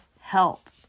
help